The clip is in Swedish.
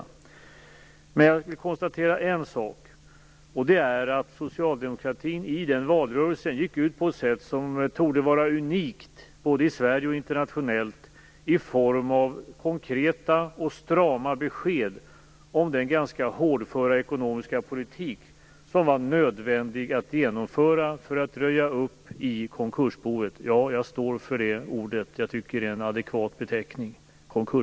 En sak konstaterar jag dock och det är att socialdemokratin i den valrörelsen gick ut på ett sätt som torde vara unikt både i Sverige och internationellt i form av konkreta och strama besked om den ganska hårdföra ekonomiska politik som det var nödvändigt att genomföra för att röja upp i just konkursboet. Ja, jag står för det ordet. Jag tycker att det är en adekvat beteckning.